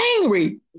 angry